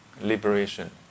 liberation